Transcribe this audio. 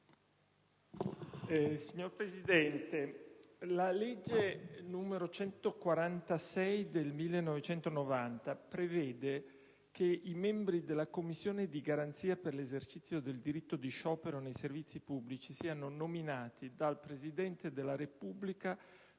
Signor Presidente, la legge n. 146 del 1990 prevede che i membri della Commissione di garanzia per l'esercizio del diritto di sciopero nei servizi pubblici siano nominati dal Presidente della Repubblica,